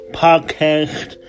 podcast